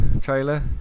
trailer